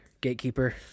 gatekeeper